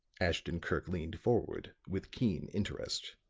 ashton-kirk leaned forward with keen interest.